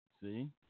See